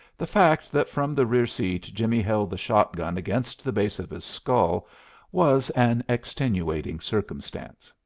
the fact that from the rear seat jimmie held the shotgun against the base of his skull was an extenuating circumstance.